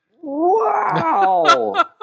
Wow